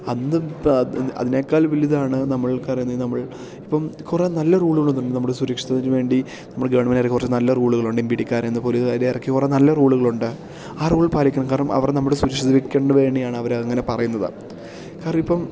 അന്ന് അതിനേക്കാൽ വലുതാണ് നമ്മൾക്കറിയുന്ന നമ്മൾ ഇപ്പം കുറേ നല്ല റൂളുകൾ വന്നിട്ടുണ്ട് നമ്മുടെ സുരക്ഷിതത്വത്തിനുവേണ്ടി നമ്മുടെ ഗവൺമെൻ്റെ് ഇറക്കിയ കുറച്ചു നല്ല റൂളുകളുണ്ട് എം വിഡിക്കാർ എന്നപോലെ അതിലിറക്കി കുറേ നല്ല റൂളുകളുണ്ട് ആ റൂൾ പാലിക്കണം കാരണം അവർ നമ്മുടെ സുരക്ഷിതത്വത്തിനുവേണ്ടിയാണ് അവർ അങ്ങനെ പറയുന്നത് കാരണം ഇപ്പം